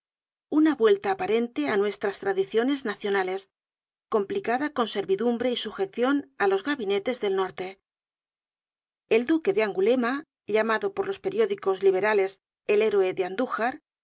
una vuelta aparente á nuestras tradiciones nacionales complicada con servidumbre y sujecion á los gabinetes del norte el duque de angulema llamado por los periódicos liberales el héroe de andújar